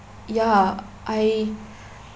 ya I